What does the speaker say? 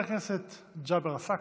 חבר הכנסת ג'אבר עסאקלה,